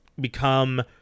become